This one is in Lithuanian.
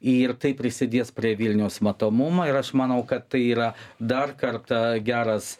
ir taip prisidės prie vilniaus matomumo ir aš manau kad tai yra dar kartą geras